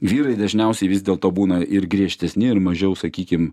vyrai dažniausiai vis dėlto būna ir griežtesni ir mažiau sakykim